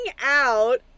out